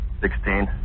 Sixteen